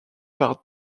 par